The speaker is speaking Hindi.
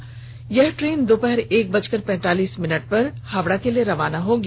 रांची से यह ट्रेन दोपहर एक बजकर पैंतालीस मिनट पर हावड़ा के लिए रवाना होगी